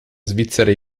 svizzera